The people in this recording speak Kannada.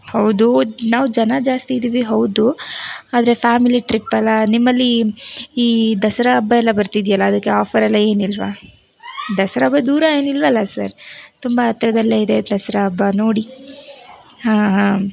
ಹೌದು ನಾವು ಜನ ಜಾಸ್ತಿ ಇದ್ದೀವಿ ಹೌದು ಆದರೆ ಫ್ಯಾಮಿಲಿ ಟ್ರಿಪ್ಪಲ್ಲಾ ನಿಮ್ಮಲ್ಲಿ ಈ ದಸರಾ ಹಬ್ಬ ಎಲ್ಲ ಬರ್ತಿದ್ಯಲ್ಲಾ ಅದಕ್ಕೆ ಆಫರ್ ಎಲ್ಲ ಏನಿಲ್ಲವಾ ದಸರಾ ಹಬ್ಬ ದೂರ ಏನಿಲ್ಲವಲ್ಲಾ ಸರ್ ತುಂಬ ಹತ್ರದಲ್ಲೇ ಇದೆ ದಸರಾ ಹಬ್ಬ ನೋಡಿ ಹಾಂ ಹಾಂ